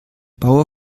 bauer